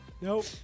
Nope